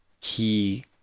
key